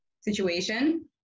situation